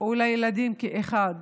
ולילדים כאחד